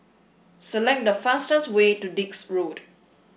select the fastest way to Dix Road